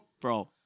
Bro